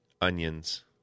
onions